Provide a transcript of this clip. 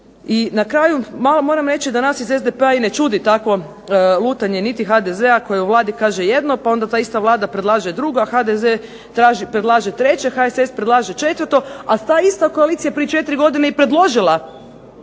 I na kraju malo moram reći da nas iz SDP-a i ne čudi takvo lutanje niti HDZ-a koji u Vladi kaže jedno, pa onda ta ista Vlada predlaže drugo, a HDZ predlaže treće, HSS predlaže četvrto, a ta ista koalicija prije četiri godine je i predložila